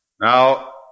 Now